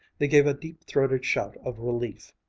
they gave a deep-throated shout of relief,